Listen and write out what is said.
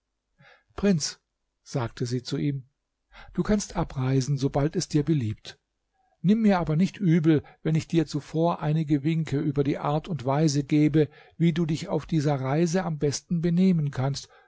prinz sagte sie ihm du kannst abreisen so bald es dir beliebt nimm mir aber nicht übel wenn ich dir zuvor einige winke über die art und weise gebe wie du dich auf dieser reise am besten benehmen kannst